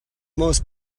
most